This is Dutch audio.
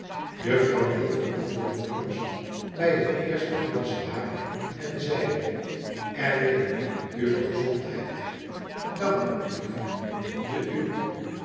juffrouw wilfer nam de honneurs bij het eerste glas waar en zeide r w uwe gezondheid tdank u lieve de uwe